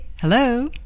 Hello